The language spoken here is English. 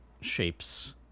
shapes